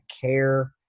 care